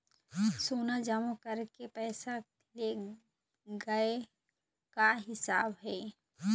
सोना जमा करके पैसा ले गए का हिसाब हे?